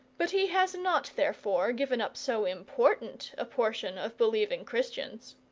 but he has not, therefore, given up so important a portion of believing christians.